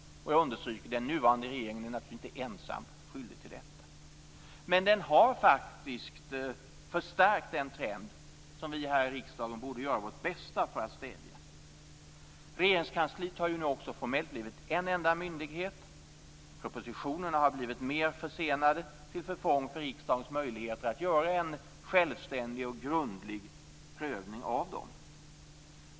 Jag understryker: Den nuvarande regeringen är naturligtvis inte ensam skyldig till detta. Men den har faktiskt förstärkt den trend som vi här i riksdagen borde göra vårt bästa för att stävja. Regeringskansliet har ju nu också formellt blivit en enda myndighet. Propositionerna har blivit mer försenade, till förfång för riksdagens möjligheter att göra en självständig och grundlig prövning av dem.